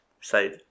side